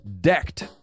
decked